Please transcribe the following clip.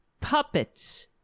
puppets